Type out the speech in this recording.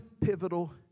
pivotal